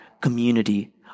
community